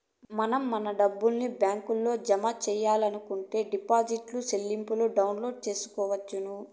మనం మన డబ్బుని బ్యాంకులో జమ సెయ్యాలనుకుంటే డిపాజిట్ స్లిప్పులను డౌన్లోడ్ చేసుకొనవచ్చును